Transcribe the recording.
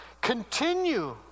continue